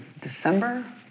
December